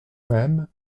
même